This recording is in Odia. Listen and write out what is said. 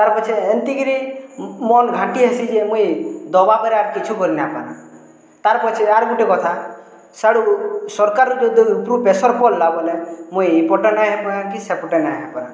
ତାର୍ ପଛେ ଏନ୍ତିକିରି ମନ୍ ଘାଣ୍ଟି ହେସି ଯେ ମୁଇଁ ଦବା ପରେ ଆରୁ କିଛି ବୋଲି ନାଇଁ ପାରୁ ତାର୍ ପଛେ ଆରୁ ଗୁଟେ କଥା ସାଡ଼ୁ ସରକାର ଯଦୁ ଉପରୁ ପ୍ରେସର୍ ପଡ଼୍ଲା ବୋଲେ ମୁଇଁ ଏଇପଟେ ନାଇଁ ହେଇପାରେ କି ସେପଟେ ନାଇଁ ହେଇପାରେ